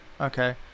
okay